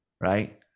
right